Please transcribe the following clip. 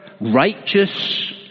righteous